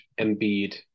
Embiid